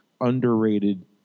underrated